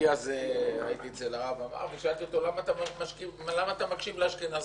אני אז הייתי אצל הרב עמר ושאלתי אותו: למה אתה מקשיב לאשכנזים?